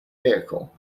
vehicle